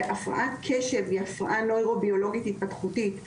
והפרעת קשב היא הפרעה נוירו-ביולוגית התפתחותית,